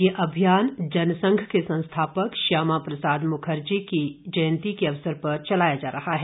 ये अभियान जनसंघ के संस्थापक श्यामा प्रसाद मुखर्जी की जयंती के अवसर पर चलाया जा रहा है